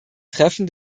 treffen